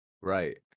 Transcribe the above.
right